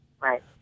Right